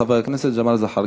חבר הכנסת ג'מאל זחאלקה.